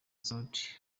sudi